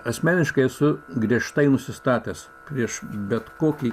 asmeniškai esu griežtai nusistatęs prieš bet kokį